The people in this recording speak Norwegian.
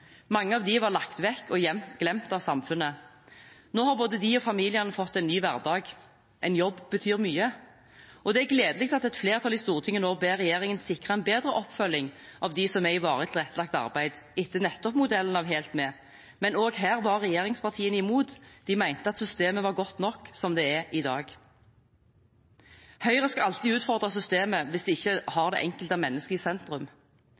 Mange av dem var lagt vekk og glemt av samfunnet. Nå har både de og familiene fått en ny hverdag. En jobb betyr mye. Det er gledelig at et flertall i Stortinget nå ber regjeringen sikre en bedre oppfølging av dem som er i varig tilrettelagt arbeid, nettopp etter modell av HELT MED. Også her var regjeringspartiene imot. De mente at systemet var godt nok som det er i dag. Høyre skal alltid utfordre systemet hvis det ikke har det enkelte menneske i sentrum.